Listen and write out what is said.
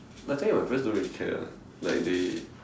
but I tell you my parents don't really care [one] like they